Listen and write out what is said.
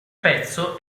pezzo